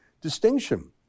distinction